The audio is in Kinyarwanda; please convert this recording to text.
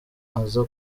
aza